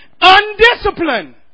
Undisciplined